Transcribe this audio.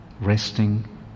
resting